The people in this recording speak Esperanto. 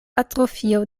atrofio